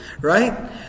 right